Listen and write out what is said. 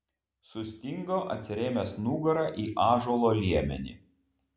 sustingo atsirėmęs nugara į ąžuolo liemenį